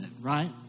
right